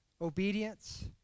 obedience